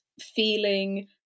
feeling